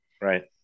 right